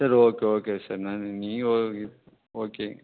சரி okay okay sir நன்றி நீங்கள் ஓகே ஓகேங்க